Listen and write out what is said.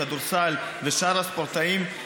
כדורסל ושאר הספורטאים,